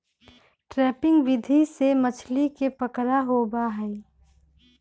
trapping विधि से मछली के पकड़ा होबा हई